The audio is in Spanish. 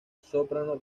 soprano